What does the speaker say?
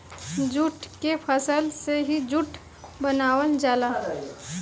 jute के फसल से ही जूट बनावल जाला